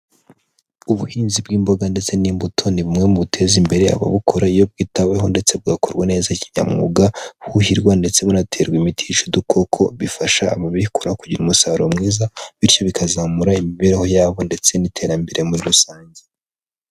Ubuhinzi bw'imboga ndetse n'imbuto ni bumwe mu buteza imbere ababukora iyo bwitaweho ndetse bugakorwa neza kinyamwuga, huhirwa ndetse bunaterwa imiti yica udukoko bifasha ababikora kugira umusaruro mwiza, bityo bikazamura imibereho yabo ndetse n'iterambere muri rusange.